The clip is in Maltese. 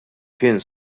kien